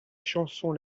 chanson